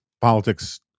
politics